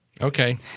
Okay